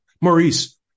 Maurice